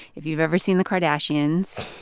if you've ever seen the kardashians,